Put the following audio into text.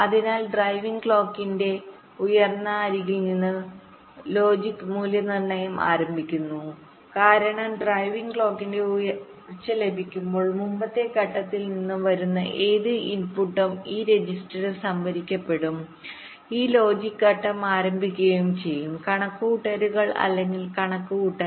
അതിനാൽ ഡ്രൈവിംഗ് ക്ലോക്കിന്റെ ഉയരുന്ന അരികിൽ നിന്ന് ലോജിക് മൂല്യനിർണ്ണയം ആരംഭിക്കുന്നു കാരണം ഡ്രൈവിംഗ് ക്ലോക്കിന്റെ ഉയർച്ച ലഭിക്കുമ്പോൾ മുമ്പത്തെ ഘട്ടത്തിൽ നിന്ന് വരുന്ന ഏത് ഇൻപുട്ടും ഈ രജിസ്റ്ററിൽ സംഭരിക്കപ്പെടുകയും ഈ ലോജിക് ഘട്ടം ആരംഭിക്കുകയും ചെയ്യും കണക്കുകൂട്ടലുകൾ അല്ലെങ്കിൽ കണക്കുകൂട്ടൽ